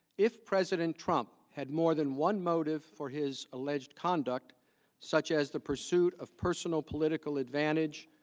if president trump had more than one mode of for his alleged conduct such as the pursuit of personal political advantage.